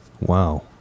Wow